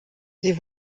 sie